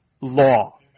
law